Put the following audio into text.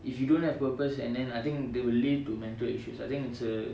if you don't have purpose and then I think they will lead to mental issues I think it's a